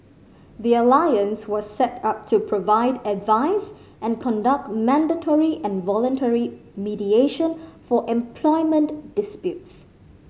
the alliance was set up to provide advice and conduct mandatory and voluntary mediation for employment disputes